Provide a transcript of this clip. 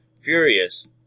Furious